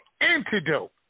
antidote